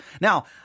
now